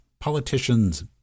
Politicians